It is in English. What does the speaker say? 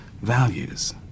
values